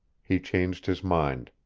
he changed his mind.